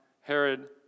Herod